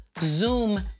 Zoom